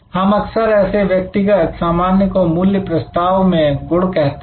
हम अक्सर ऐसे व्यक्तिगत सामान्य को मूल्य प्रस्ताव में गुण कहते हैं